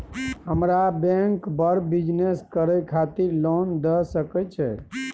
हमरा बैंक बर बिजनेस करे खातिर लोन दय सके छै?